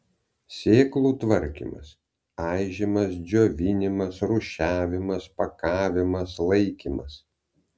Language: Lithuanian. sėklų tvarkymas aižymas džiovinimas rūšiavimas pakavimas laikymas